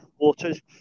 waters